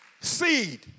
seed